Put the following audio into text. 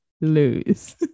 lose